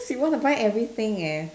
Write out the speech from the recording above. she wanna buy everything eh